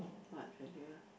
what